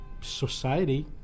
society